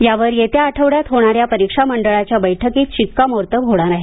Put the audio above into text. यावर येत्या आठवड्यात होणाऱ्या परीक्षा मंडळाच्या बैठकीत शिक्कामोर्तब होणार आहे